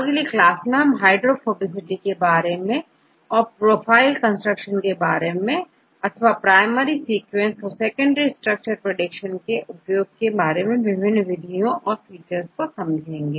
अगली क्लास में हम हाइड्रोफोबिसिटी के बारे में तथा प्रोफाइल कंस्ट्रक्ट करने के तरीके इसके अलावा प्राइमरी सीक्वेंस और सेकेंडरी स्ट्रक्चर प्रेडिक्शन में उपयोग होने वाली विभिन्न विधियां और फीचर के बारे में समझेंगे